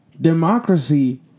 Democracy